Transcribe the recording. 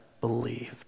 believed